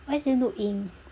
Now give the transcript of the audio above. why is there no ink